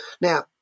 Now